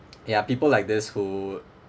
ya people like this who